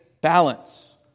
balance